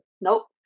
nope